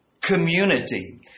community